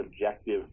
subjective